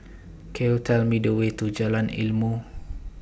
Could YOU Tell Me The Way to Jalan Ilmu